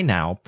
Now